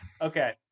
Okay